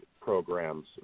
programs